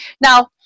Now